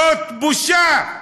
זאת בושה.